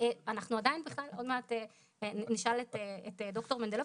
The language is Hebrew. אנחנו עדיין בכלל עוד מעט נשאל את ד"ר מנדלוביץ,